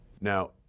Now